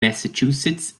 massachusetts